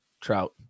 trout